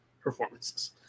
performances